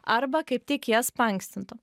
arba kaip tik jas paankstintų